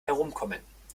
herumkommen